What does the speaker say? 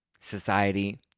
society